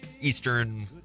Eastern